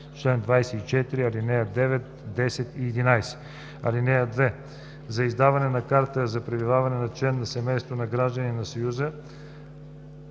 чл. 24, ал. 9, 10 и 11. (2) За издаване на карта за пребиваване на член на семейството на гражданин на Съюза,